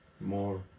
More